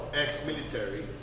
ex-military